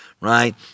right